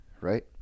right